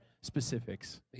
specifics